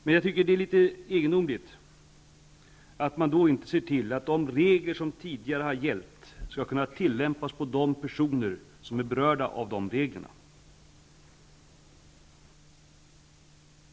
Men jag tycker att det är litet egendomligt att man då inte ser till att de regler som tidigare har gällt skall kunna tillämpas på de personer som är berörda av de reglerna.